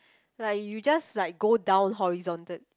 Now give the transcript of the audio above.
like you just like go down horizontal